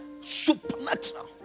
Supernatural